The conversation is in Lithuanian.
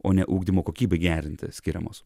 o ne ugdymo kokybei gerinti skiriamos